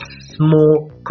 small